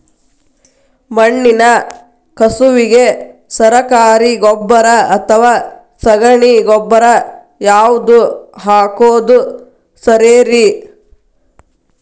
ಮಣ್ಣಿನ ಕಸುವಿಗೆ ಸರಕಾರಿ ಗೊಬ್ಬರ ಅಥವಾ ಸಗಣಿ ಗೊಬ್ಬರ ಯಾವ್ದು ಹಾಕೋದು ಸರೇರಿ?